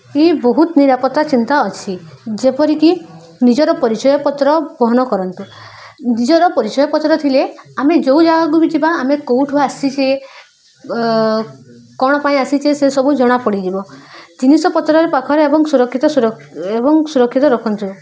ଇ ବହୁତ ନିରାପତା ଚିନ୍ତା ଅଛି ଯେପରିକି ନିଜର ପରିଚୟ ପତ୍ର ବହନ କରନ୍ତୁ ନିଜର ପରିଚୟ ପତ୍ର ଥିଲେ ଆମେ ଯେଉଁ ଜାଗାକୁ ବି ଯିବା ଆମେ କେଉଁଠୁ ଆସିଛେ କ'ଣ ପାଇଁ ଆସିଛେ ସେସବୁ ଜଣା ପଡ଼ିଯିବ ଜିନିଷ ପତ୍ରର ପାଖରେ ଏବଂ ସୁରକ୍ଷିତ ର ଏବଂ ସୁରକ୍ଷିତ ରଖନ୍ତୁ